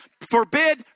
Forbid